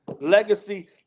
Legacy